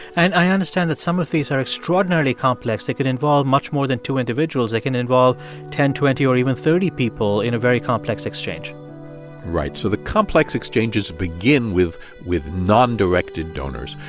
and i understand that some of these are extraordinarily complex. they could involve much more than two individuals. they can involve ten, twenty or even thirty people in a very complex exchange right. so the complex exchanges begin with with non-directed donors.